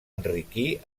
enriquir